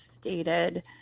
stated